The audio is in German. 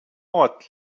ort